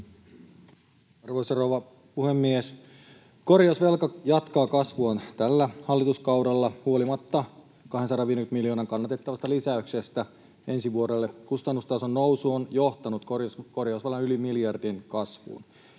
Arvoisa rouva puhemies! Korjausvelka jatkaa kasvuaan tällä hallituskaudella huolimatta 250 miljoonan kannatettavasta lisäyksestä ensi vuodelle. Kustannustason nousu on johtanut korjausvelan yli miljardin kasvuun.